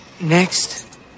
Next